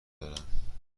دارم